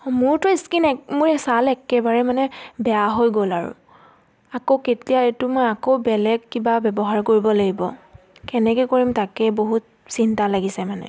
মোৰতো স্কিন এক মোৰ ছাল একেবাৰে মানে বেয়া হৈ গ'ল আৰু আকৌ কেতিয়া এইটো মই আকৌ বেলেগ কিবা ব্যৱহাৰ কৰিব লাগিব কেনেকে কৰিম তাকে বহুত চিন্তা লাগিছে মানে